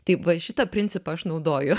taip va šitą principą aš naudoju